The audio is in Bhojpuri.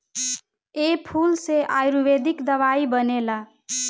ए फूल से आयुर्वेदिक दवाई बनेला